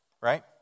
Right